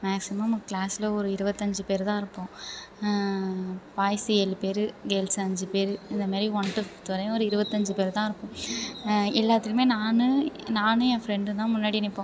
maximum கிளாஸ்ல ஒரு இருபத்தஞ்சி பேர் தான் இருப்போம் பாய்ஸ் ஏழு பேர் கேர்ள்ஸ் அஞ்சு பேர் இந்த மாதிரி ஒன் டு ஃபிஃப்த் வரையும் ஒரு இருபத்தஞ்சி பேர் தான் இருப்போம் எல்லாத்துலேயுமே நான் நானும் என் ஃப்ரெண்டும் தான் முன்னாடி நிற்போம்